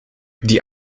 die